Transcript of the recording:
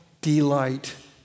delight